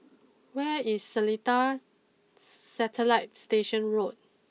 where is Seletar Satellite Station Road